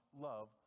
love